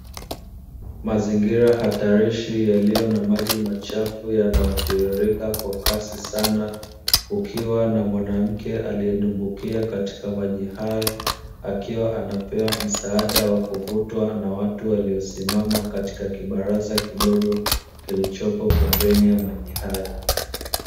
Mazingira hatarishi yaliyo na maji machafu yanayotiririka kwa kasi sana, kukiwa na mwanamke alidumbukia katika maji hayo, akiwa anapewa msaada wa kuvutwa na watu waliosimama katika kibaraza kidogo kilichopo pembeni ya maji hayo.